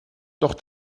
doch